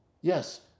yes